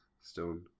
Stone